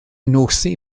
nosi